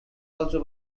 also